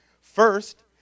First